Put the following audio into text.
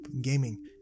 Gaming